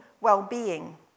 well-being